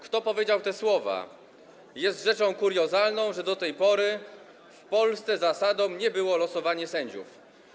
Kto wypowiedział te słowa: Jest rzeczą kuriozalną, że do tej pory w Polsce zasadą nie było losowanie sędziów?